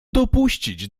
dopuścić